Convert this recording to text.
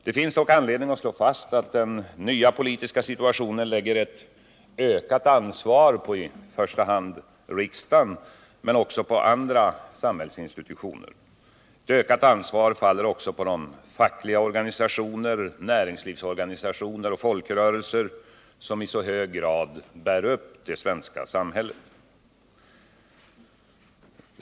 Det finns dock anledning att slå fast, att den nya politiska situationen lägger ett ökat ansvar på i första hand riksdagen men även på andra samhällsinstitutioner. Ett ökat ansvar faller också på de fackliga organisationer, näringslivsorganisationer och folkrörelser som i så hög grad bär upp det svenska samhället.